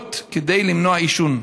ינקוט כדי למנוע עישון,